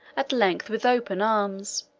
at length with open, arms.